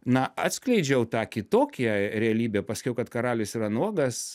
na atskleidžiau tą kitokią realybę paskiau kad karalius yra nuogas